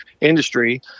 industry